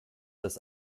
das